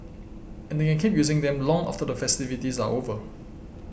and they can keep using them long after the festivities are over